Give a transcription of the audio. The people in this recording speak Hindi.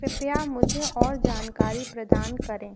कृपया मुझे और जानकारी प्रदान करें